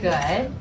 Good